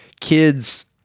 kids